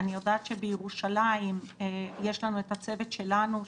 אני יודעת שבירושלים יש לנו את הצוות שלנו.